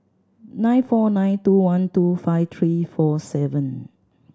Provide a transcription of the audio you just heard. nine four nine two one two five three four seven